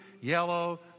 yellow